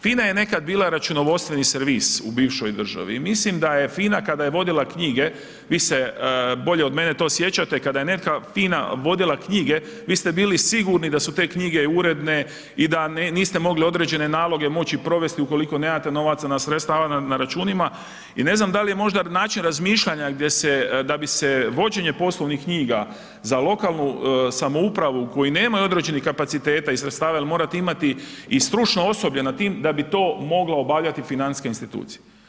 FINA je nekad bila računovodstveni servis u bivšoj državi i mislim da je FINA kada je vodila knjige, vi se bolje od mene to sjećate, kada je neka FINA vodila knjige vi ste bili sigurni da su te knjige uredne i da niste mogli određene naloge moći provesti ukoliko nemate novaca, sredstava na računima i ne znam da li je možda način razmišljanja gdje se, da bi se vođenje poslovnih knjiga za lokalnu samoupravu koji nemaju određenih kapaciteta i sredstava jer morate imati i stručno osoblje nad tim da bi to mogla financijska institucija.